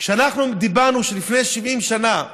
כשאנחנו אמרנו שלפני 70 שנה לקחו,